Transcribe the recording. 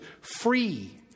free